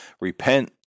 repent